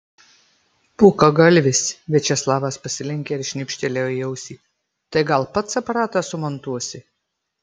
bukagalvis viačeslavas pasilenkė ir šnipštelėjo į ausį tai gal pats aparatą sumontuosi